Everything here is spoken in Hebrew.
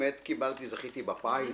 עת או כתוצאה מהתמוטטות עסקית או שזכיתי בפיס